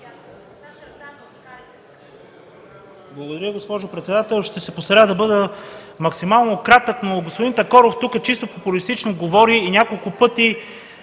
Благодаря, госпожо председател, ще се постарая да бъда максимално кратък. Господин Такоров говори тук чисто популистки – няколко пъти